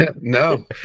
No